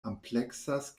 ampleksas